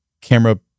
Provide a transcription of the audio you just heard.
camera